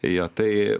jo tai